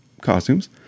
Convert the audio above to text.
costumes